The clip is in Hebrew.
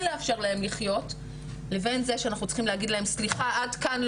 לאפשר להם לחיות לבין זה שאנחנו צריכים להגיד להם עד כאן,